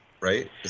right